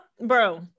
bro